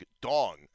Dong